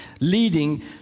leading